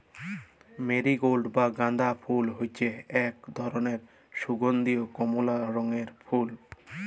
marigold বা গাঁদা ফুল হচ্যে এক ধরলের সুগন্ধীয় কমলা রঙের ফুল